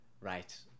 Right